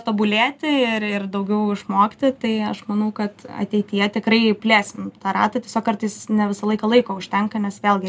tobulėti ir ir daugiau išmokti tai aš manau kad ateityje tikrai plėsim tą ratą tiesiog kartais ne visą laiką laiko užtenka nes vėlgi